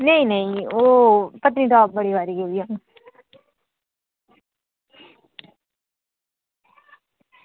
नेईं नेईं ओह् पत्नीटॉप बड़ी बारी गेदी अ'ऊं